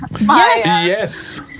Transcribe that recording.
Yes